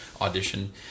audition